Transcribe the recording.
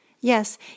Yes